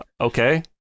Okay